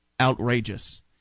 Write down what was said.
outrageous